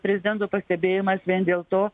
prezidento pastebėjimas vien dėl to